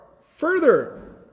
further